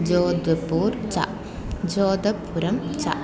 जोधपुरं च जोधपुरं च